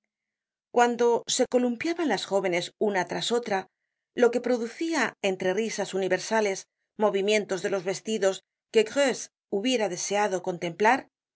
cuando se columpiaban las jóvenes una tras otra lo que producía entre risas universales movimientos de los vestidos que greuze hubiera desea do contemplar